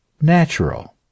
natural